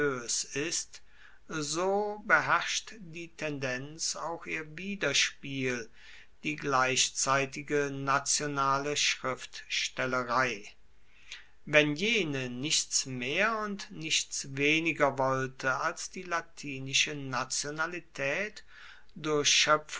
ist so beherrscht die tendenz auch ihr widerspiel die gleichzeitige nationale schriftstellerei wenn jene nichts mehr und nichts weniger wollte als die latinische nationalitaet durch